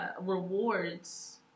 rewards